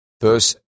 Verse